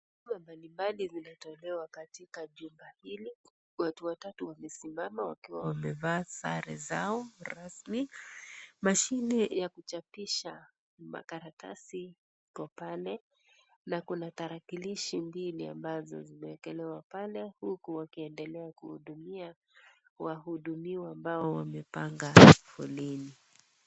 Huduma mbalimbali zinatolewa katika jumba hili, watu watatu wamesimama wakiwa wamevaa sare zao rasmi, mashine ya kuchapisha makaratasi ipo pale na kuna tarakilishi mbili ambazo zimeekelewa pale huku wakiendelea kuhudumia wahudumiwa ambao wamepanga foleni.